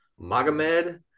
Magomed